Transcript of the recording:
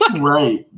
Right